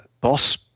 boss